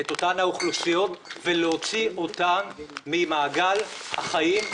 את אותן אוכלוסיות ולהוציא אותן ממעגל החיים,